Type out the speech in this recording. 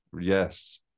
Yes